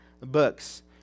books